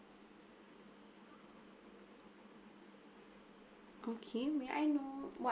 okay may I know what